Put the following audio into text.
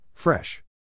Fresh